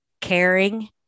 caring